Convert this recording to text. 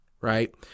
right